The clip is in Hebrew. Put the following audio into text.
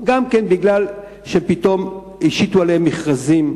גם משום שפתאום השיתו עליהם מכרזים,